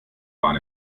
bahn